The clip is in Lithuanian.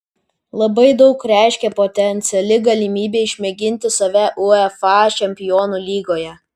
labai daug reiškė potenciali galimybė išmėginti save uefa čempionų lygoje